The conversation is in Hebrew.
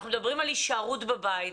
אנחנו מדברים על הישארות בבית.